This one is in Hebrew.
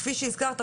כפי שהזכרת,